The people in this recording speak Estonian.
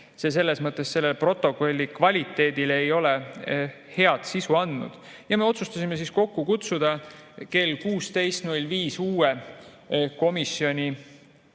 selles mõttes selle protokolli kvaliteet hea ei ole. Ja me otsustasime siis kokku kutsuda kell 16.05 uue komisjoni